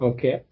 Okay